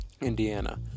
Indiana